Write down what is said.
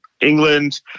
England